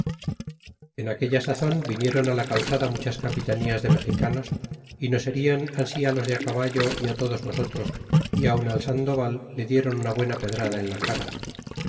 en aquella sazon vinieron la calzada muchas capitanías de mexicanos y nos herian ansí los de caballo y á todos nosotros y aun al sandoval le dieron una buena pedrada en la cara